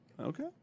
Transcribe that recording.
Okay